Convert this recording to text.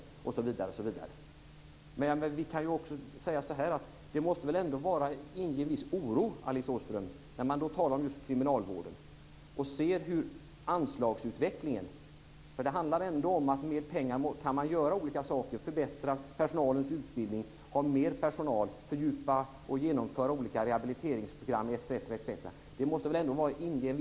Men när man talar om just kriminalvården och ser anslagsutvecklingen för de kommande tre åren enligt budgetförslaget måste det väl ändå inge en viss oro, Alice Åström? Det är ändå ett förslag som Alice Åström och hennes parti står bakom. Det handlar ändå om att man kan göra olika saker med pengar. Man kan förbättra personalens utbildning, ha mer personal, fördjupa och genomföra olika rehabiliteringsprogram, osv.